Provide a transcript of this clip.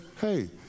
hey